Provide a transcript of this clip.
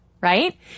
right